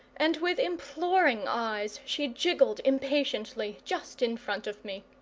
and with imploring eyes she jigged impatiently just in front of me.